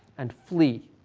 and flee.